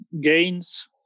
gains